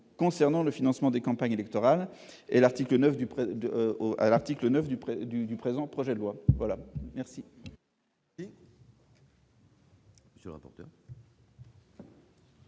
concernant le financement des campagnes électorales, à l'article 9 du présent projet de loi. Quel est